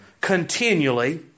Continually